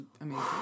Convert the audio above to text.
amazing